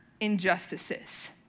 injustices